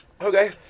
Okay